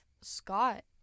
Scott